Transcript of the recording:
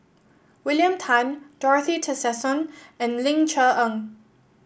William Tan Dorothy Tessensohn and Ling Cher Eng